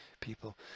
people